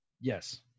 Yes